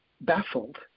baffled